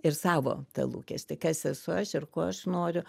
ir savo tą lūkestį kas esu aš ir ko aš noriu